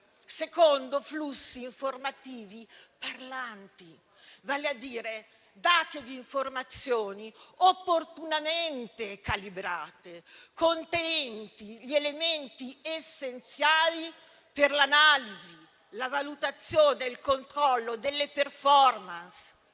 secondo flussi informativi parlanti, vale a dire dati e informazioni opportunamente calibrati, contenenti gli elementi essenziali per l'analisi, la valutazione del controllo delle *performance*;